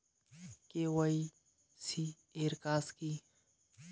KYC এর কাজ কি?